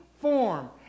form